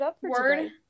word